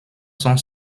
sont